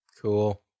Cool